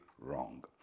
wrong